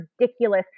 ridiculous